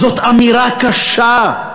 זו אמירה קשה,